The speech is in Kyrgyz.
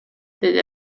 деди